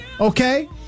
Okay